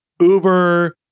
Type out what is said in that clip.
Uber